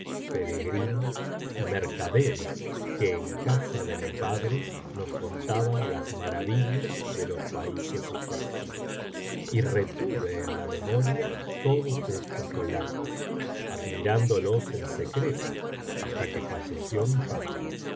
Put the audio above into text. peregrinos y mercaderes que en casa de mi padre nos contaban las maravillas de los paises egipcios y retuve en la memoria todos estos relatos admirándolos en secreto hasta que falleció rai padre